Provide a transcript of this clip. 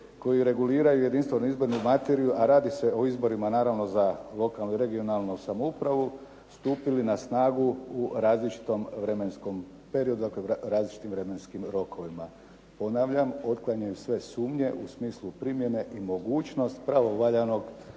koji reguliraju jedinstvenu izbornu materiju, a radi se o izborima naravno za lokalnu regionalnu samoupravu, stupili na snagu u različitom vremenskom periodu, dakle u različitim vremenskim rokovima. Ponavljam, otklanjaju sve sumnje u smislu primjene i mogućnost pravovaljanog